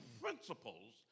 principles